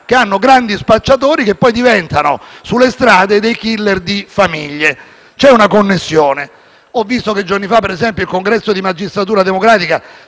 che hanno i grandi spacciatori, che poi diventano, sulle strade, *killer* di famiglie: c'è una connessione. Ho visto che giorni fa, ad esempio, il congresso di Magistratura democratica